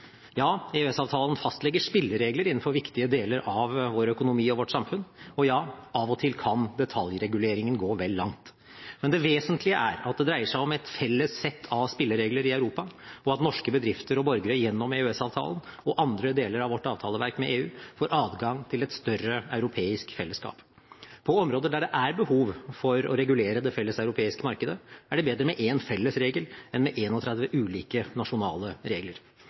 Ja – EØS-avtalen fastlegger spilleregler innenfor viktige deler av vår økonomi og vårt samfunn. Og ja – av og til kan detaljreguleringen gå vel langt. Men det vesentlige er at det dreier seg om et felles sett av spilleregler i Europa, og at norske bedrifter og borgere gjennom EØS-avtalen og andre deler av vårt avtaleverk med EU får adgang til et større europeisk fellesskap. På områder der det er behov for å regulere det felles europeiske markedet, er det bedre med én felles regel enn med 31 ulike nasjonale regler.